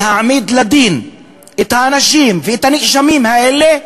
להעמיד לדין את האנשים ואת הנאשמים האלה,